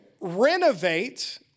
renovate